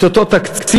את אותו תקציב,